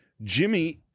Jimmy